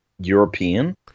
European